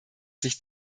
sich